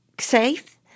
safe